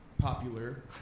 Popular